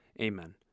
Amen